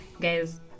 guys